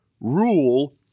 rule